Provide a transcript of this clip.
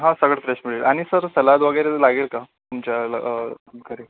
हां सगळं फ्रेश मिळेल आणि सर सलाद वगैरे लागेल का तुमच्या घरी